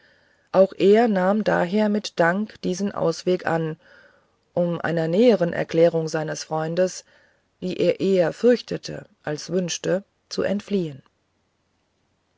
auch er nahm daher mit dank diesen ausweg an um einer nähern erklärung seines freundes die er eher fürchtete als wünschte zu entfliehen